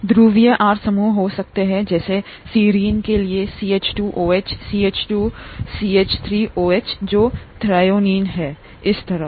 ध्रुवीय आर समूह हो सकते हैं जैसेसीरिन के लिएसीएच2ओएच सीएच सीएच3ओएच जो थ्रेओनीन है और इसी तरह